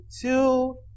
two